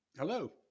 Hello